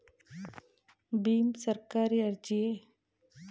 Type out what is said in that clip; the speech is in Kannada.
ಭೀಮ್ ಸರ್ಕಾರಿ ಅರ್ಜಿಯೇ?